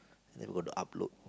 and we got to upload